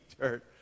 dirt